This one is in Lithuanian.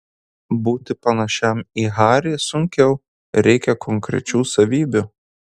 būti panašiam į harį sunkiau reikia konkrečių savybių